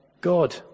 God